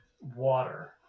water